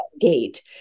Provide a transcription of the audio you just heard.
gate